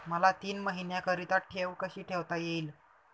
मला तीन महिन्याकरिता ठेव कशी ठेवता येईल?